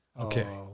Okay